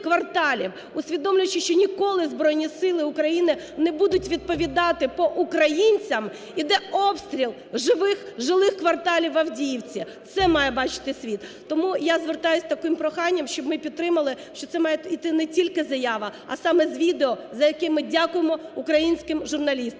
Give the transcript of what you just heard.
усвідомлюючи, що ніколи Збройні Сили України не будуть відповідати по українцям, йде обстріл жилих кварталів в Авдіївці. Це має бачити світ. Тому я звертаюся з таким проханням, щоб ми підтримали, що це має йти не тільки заява, а саме з відео, за яке ми дякуємо українським журналістам.